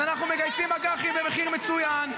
אז אנחנו מגייסים אג"חים במחיר מצוין,